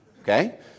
okay